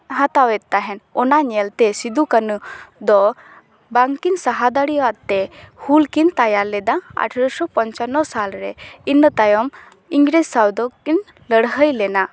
ᱦᱟᱛᱟᱣᱮᱫ ᱛᱟᱦᱮᱱ ᱚᱱᱟ ᱧᱮᱞ ᱛᱮ ᱥᱤᱫᱩ ᱠᱟᱹᱱᱩ ᱫᱚ ᱵᱟᱝᱠᱤᱱ ᱥᱟᱦᱟᱣ ᱫᱟᱲᱮᱣᱟᱜ ᱛᱮ ᱦᱩᱞ ᱠᱤᱱ ᱛᱮᱭᱟᱨ ᱞᱮᱫᱟ ᱟᱴᱷᱮᱨᱚᱥᱚ ᱯᱚᱧᱪᱟᱱᱱᱚ ᱥᱟᱞ ᱨᱮ ᱤᱱᱟᱹᱛᱟᱭᱚᱢ ᱤᱝᱨᱮᱡᱽ ᱥᱟᱶ ᱫᱚᱠᱤᱱ ᱞᱟᱹᱲᱦᱟᱹᱭ ᱞᱮᱱᱟ